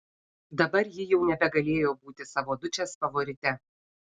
dabar ji jau nebegalėjo būti savo dučės favorite